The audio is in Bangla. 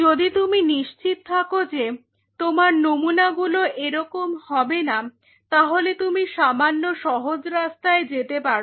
যদি তুমি নিশ্চিত থাকো যে তোমার নমুনা গুলি এরকম হবে না তাহলে তুমি সামান্য সহজ রাস্তায় যেতে পারো